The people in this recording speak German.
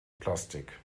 plastik